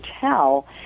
tell